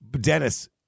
Dennis